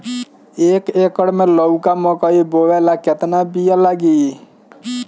एक एकर मे लौका मकई बोवे ला कितना बिज लागी?